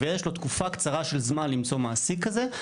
ויש לו תקופה קצרה של זמן למצוא מעסיק כזה,